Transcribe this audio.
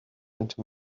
into